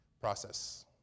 process